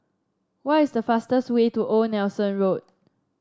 what is the fastest way to Old Nelson Road